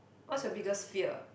what's your biggest fear